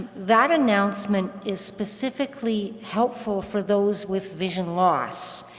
that announcement is specifically helpful for those with vision loss.